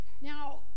Now